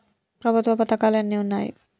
ప్రభుత్వ పథకాలు ఎన్ని ఉన్నాయి?